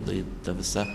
lai ta visa